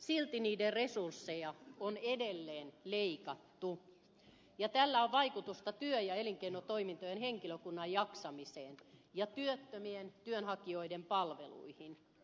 silti niiden resursseja on edelleen leikattu ja tällä on vaikutusta työ ja elinkeinotoi mistojen henkilökunnan jaksamiseen ja työttömien työnhakijoiden palveluihin